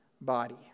body